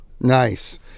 Nice